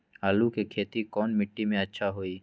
आलु के खेती कौन मिट्टी में अच्छा होइ?